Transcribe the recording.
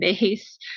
base